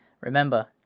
Remember